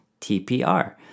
TPR